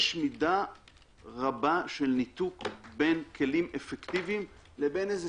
יש מידה רבה של ניתוק בין כלים אפקטיביים לבין איזה